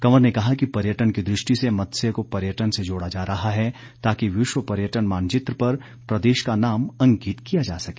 कंवर ने कहा कि पर्यटन की दृष्टि से मत्स्य को पर्यटन से जोड़ा जा रहा है ताकि विश्व पर्यटन मानचित्र पर प्रदेश का नाम अंकित किया जा सके